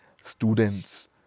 students